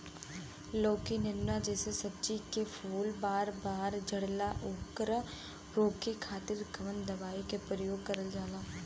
लौकी नेनुआ जैसे सब्जी के फूल बार बार झड़जाला ओकरा रोके खातीर कवन दवाई के प्रयोग करल जा?